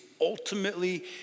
ultimately